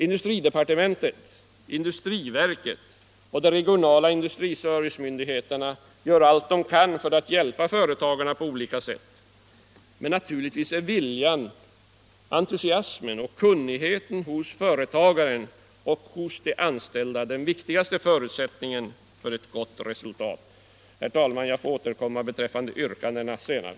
Industridepartementet, industriverket och de regionala industriservicemyndigheterna gör allt de kan för att hjälpa företagarna på olika sätt, men naturligtvis är viljan, entusiasmen och kunnigheten hos företagaren och hos de anställda den viktigaste förutsättningen för ett gott resultat. Herr talman! Jag får återkomma beträffande yrkandena senare.